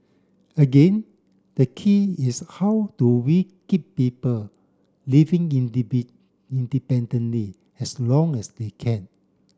again the key is how do we keep people living independently as long as they can